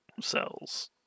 Cells